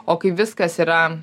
o kai viskas yra